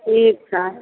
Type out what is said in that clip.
ठीक छै